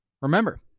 remember